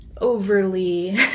overly